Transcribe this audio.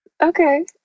okay